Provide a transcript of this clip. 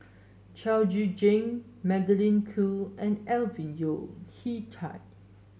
Chao Tzee Cheng Magdalene Khoo and Alvin Yeo Khirn Hai